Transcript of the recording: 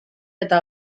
eta